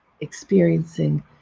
experiencing